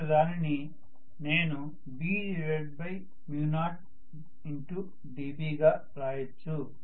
next దానిని నేను B0dB గా రాయొచ్చు